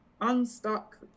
unstuck